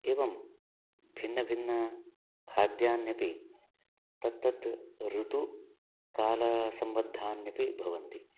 एवं भिन्नभिन्नखाद्यान्यपि तत्तद् ऋतुकालसम्बद्धान्यपि भवन्ति